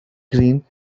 green